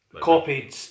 copied